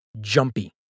jumpy